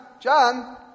John